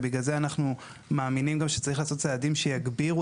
ובגלל זה אנחנו מאמינים גם שצריך לעשות צעדים שיגבירו